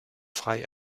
frei